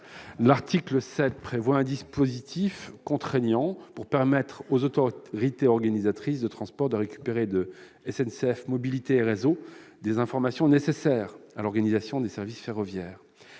L'article 7 prévoit un dispositif contraignant pour permettre aux autorités organisatrices de transport d'obtenir de SNCF Mobilités et de SNCF Réseau des informations nécessaires à l'organisation des services ferroviaires.